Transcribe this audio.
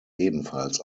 ebenfalls